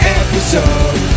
episode